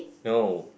no